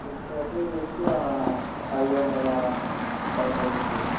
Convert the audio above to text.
bed ఖరీదొచ్చి ఐదొందల డెబ్బై అండి